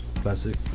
classic